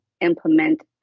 implement